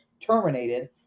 terminated